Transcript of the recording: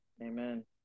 Amen